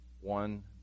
one